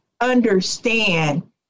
understand